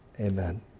Amen